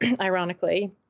ironically